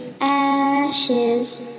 Ashes